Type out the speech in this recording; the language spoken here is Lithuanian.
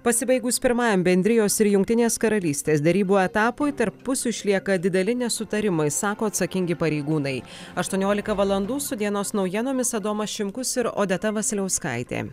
pasibaigus pirmajam bendrijos ir jungtinės karalystės derybų etapui tarp pusių išlieka dideli nesutarimai sako atsakingi pareigūnai aštuoniolika valandų su dienos naujienomis adomas šimkus ir odeta vasiliauskaitė